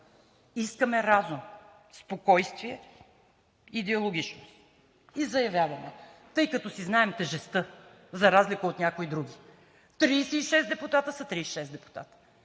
Искаме разум, спокойствие и диалогичност. Заявяваме, тъй като си знаем тежестта за разлика от някои други – 36 депутати са, 36 депутати.